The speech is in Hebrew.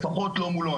לפחות לא מולו,